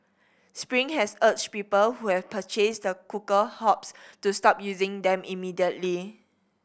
spring has urged people who have purchased the cooker hobs to stop using them immediately